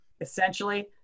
essentially